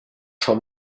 schon